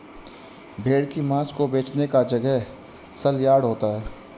भेड़ की मांस को बेचने का जगह सलयार्ड होता है